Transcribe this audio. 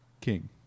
king